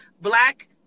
black